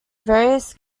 various